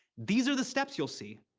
these are the steps you'll see.